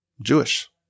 Jewish